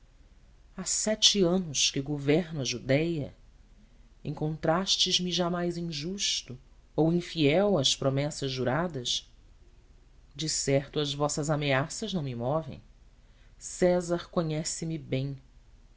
há sete anos que governo a judéia encontrastes me jamais injusto ou infiel às promessas juradas decerto as vossas ameaças não me movem césar conhece-me bem